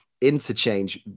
interchange